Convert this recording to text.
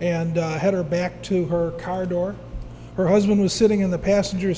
and had her back to her car door her husband was sitting in the passenger